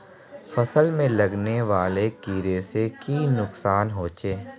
फसल में लगने वाले कीड़े से की नुकसान होचे?